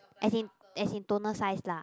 as in as in toner size lah